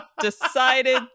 decided